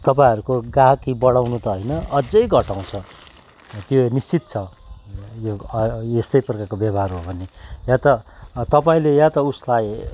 तपाईँहरूको गाहकी बढाउनु त होइन अझै घटाउँछ त्यो निश्चित छ यस्तै प्रकारको व्यवहार हो भने या त तपाईँले या त उसलाई